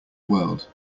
world